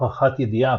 הוכחת ידיעה,